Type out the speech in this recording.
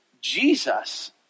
Jesus